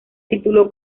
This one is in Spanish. tituló